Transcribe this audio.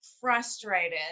frustrated